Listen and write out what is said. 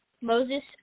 Moses –